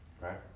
right